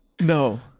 No